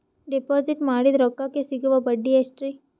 Deposit ಮಾಡಿದ ರೊಕ್ಕಕೆ ಸಿಗುವ ಬಡ್ಡಿ ಎಷ್ಟ್ರೀ?